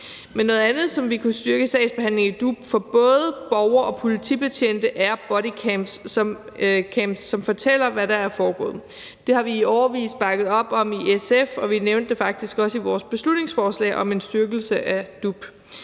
noget andet, som ville kunne styrke sagsbehandlingen i DUP for både borgere og politibetjente er bodycams, som fortæller, hvad der er foregået. Det har vi i årevis bakket op om i SF, og vi nævnte det faktisk også i vores beslutningsforslag om en styrkelse af DUP.